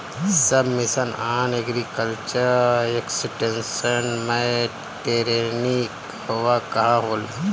सब mission on agriculture extension मै टेरेनीं कहवा कहा होला?